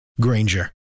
Granger